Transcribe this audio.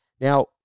Now